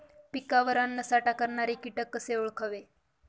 पिकावर अन्नसाठा करणारे किटक कसे ओळखावे?